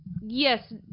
yes